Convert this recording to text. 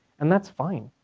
and that is fine,